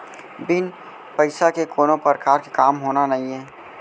बिन पइसा के कोनो परकार के काम होना नइये